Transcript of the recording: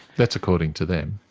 that's according to them.